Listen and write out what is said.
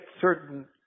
certain